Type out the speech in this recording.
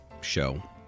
show